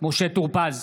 משה טור פז,